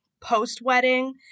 post-wedding